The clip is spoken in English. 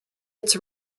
its